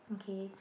okay